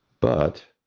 but